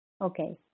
Okay